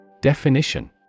Definition